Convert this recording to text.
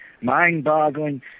mind-boggling